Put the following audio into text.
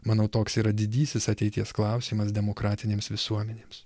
manau toks yra didysis ateities klausimas demokratinėms visuomenėms